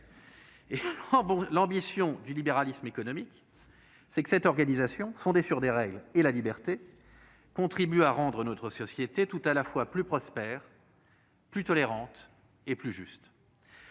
L'ambition du libéralisme économique, c'est que cette organisation, fondée sur des règles et sur la liberté, contribue à rendre notre société tout à la fois plus prospère, plus tolérante et plus juste.